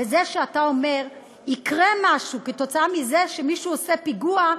בזה שאתה אומר: יקרה משהו כתוצאה מזה שמישהו עושה פיגוע,